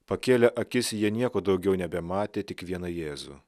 pakėlė akis jie nieko daugiau nebematė tik vieną jėzų